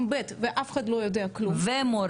ב' ואף אחד לא יודע כלום -- ומורה.